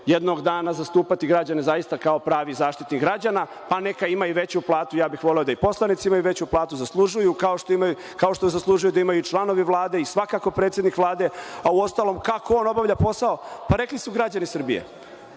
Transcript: jednog dana zastupati građane zaista kao pravi Zaštitnik građana, pa neka ima i veću platu. Ja bih voleo da i poslanici imaju veću platu, zaslužuju, kao što je zaslužuju da imaju i članovi Vlade i svakako predsednik Vlade, a uostalom kako on obavlja posao, pa rekli su građani Srbije.